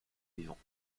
vivants